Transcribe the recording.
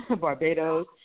Barbados